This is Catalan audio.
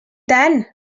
tant